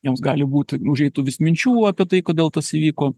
jiems gali būti užeit tų vis minčių apie tai kodėl tas įvyko